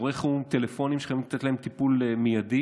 אירועי חירום טלפוניים שחייבים לתת להם טיפול מיידי.